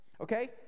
Okay